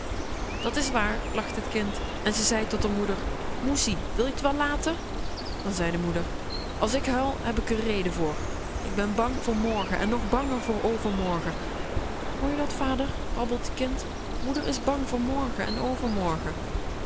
dat is waar lachte het kind en ze zei tot r moeder moessie wil je t wel laten dan zei de moeder als ik huil heb ik r reden voor ik ben bang voor morgen en nog banger voor overmorgen hoor je dat vader babbelde t kind moeder is bang voor morgen en overmorgen